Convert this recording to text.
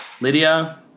lydia